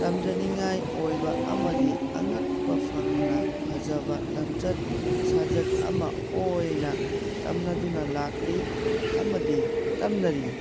ꯇꯝꯖꯅꯤꯡꯉꯥꯏ ꯑꯣꯏꯕ ꯑꯃꯗꯤ ꯑꯉꯛꯄ ꯐꯪꯅ ꯐꯖꯕ ꯂꯝꯆꯠ ꯁꯥꯖꯠ ꯑꯃ ꯑꯣꯏꯅ ꯇꯝꯅꯗꯨꯅ ꯂꯥꯛꯂꯤ ꯑꯃꯗꯤ ꯇꯝꯅꯔꯤ